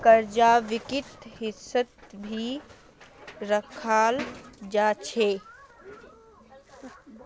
कर्जाक व्यक्तिगत हिस्सात भी रखाल जा छे